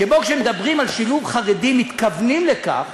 שבו כשמדברים על שילוב חרדים מתכוונים לכך,